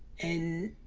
and